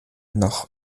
noch